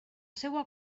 seua